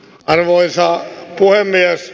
arvoisa puhemies